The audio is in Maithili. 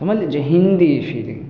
समझली जे हिन्दी फिलिम